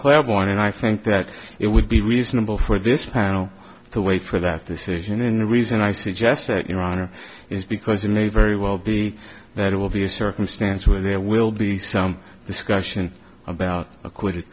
one and i think that it would be reasonable for this panel to wait for that decision and the reason i suggest that your honor is because it may very well be that it will be a circumstance where there will be some discussion about acquitted